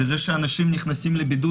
וזה שאנשים נכנסים לבידוד,